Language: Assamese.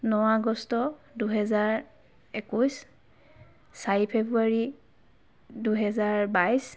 ন আগষ্ট দুহেজাৰ একৈছ চাৰি ফেব্ৰুৱাৰী দুহেজাৰ বাইছ